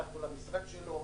הלכנו למשרד שלו,